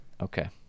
Okay